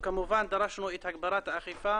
וכמובן, דרשנו את הגברת האכיפה